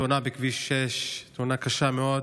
תאונה בכביש 6, תאונה קשה מאוד.